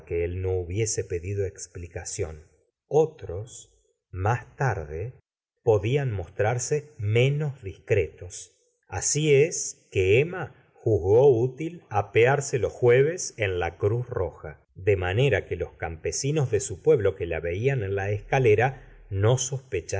no hubiese pedido explicación otros más tarde podían mostrarse menos discretos así es que e mma juzgó útil apearse los jueves en la cruz roja de manera que los campesinos de su pueblo que la veían en la escalera no